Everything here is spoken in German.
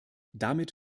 damit